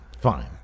fine